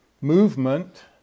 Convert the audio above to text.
movement